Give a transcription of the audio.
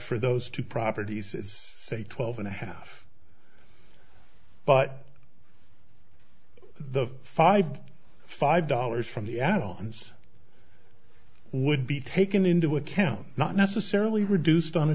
for those two properties say twelve and a half but the five five dollars from the allens would be taken into account not necessarily reduced on a